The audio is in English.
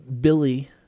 Billy